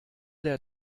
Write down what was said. der